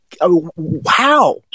wow